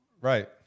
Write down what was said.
Right